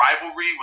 rivalry